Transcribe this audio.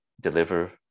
deliver